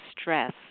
stress